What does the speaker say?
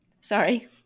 sorry